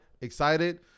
excited